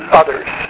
others